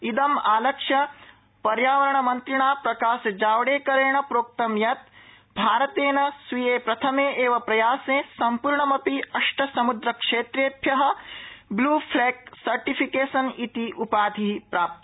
इदमालक्ष्य पर्यावरणमन्त्रिणा प्रकाशजावडेकरेण प्रोक्त यत् भारतेन स्वीये प्रथमे एव प्रयासे सम्पृर्णमपि अघ्टसमुद्रक्षेत्रेभ्य ब्लू फलैग सर्टिफिकेशन इति उपाधिप्राप्त